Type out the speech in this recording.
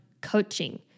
coaching